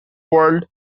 world